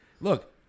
Look